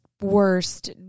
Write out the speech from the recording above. worst